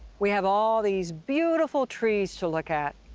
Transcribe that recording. we have all these beautiful trees to look at.